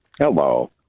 Hello